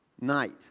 night